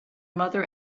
mother